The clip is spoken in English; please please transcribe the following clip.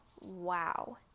Wow